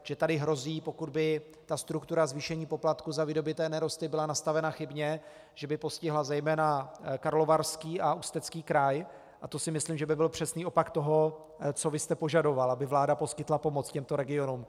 Že tady hrozí, pokud by ta struktura zvýšení poplatků za vydobyté nerosty byla nastavena chybně, že by postihla zejména Karlovarský a Ústecký kraj, a to si myslím, že by byl přesný opak toho, co vy jste požadoval, aby vláda poskytla pomoc těmto regionům.